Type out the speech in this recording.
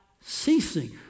ceasing